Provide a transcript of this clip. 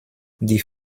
die